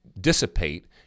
dissipate